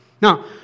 Now